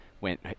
went